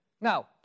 Now